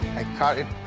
i cut it,